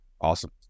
Awesome